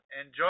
enjoy